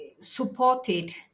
supported